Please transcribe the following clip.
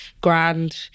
grand